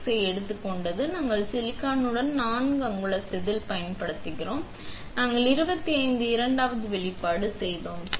86 ஐ எடுத்துக் கொண்டது நாங்கள் சிலிக்கனுடன் 4 அங்குல செதில் பயன்படுத்துகிறோம் நாங்கள் 25 இரண்டாவது வெளிப்பாடு செய்தோம்